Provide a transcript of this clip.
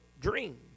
dream